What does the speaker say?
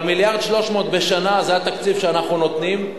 אבל 1.3 מיליארד בשנה זה התקציב שאנחנו נותנים,